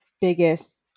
biggest